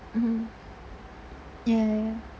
mmhmm ya ya ya